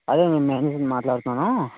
అదే నేను మహేష్ని మాట్లాడుతున్నాను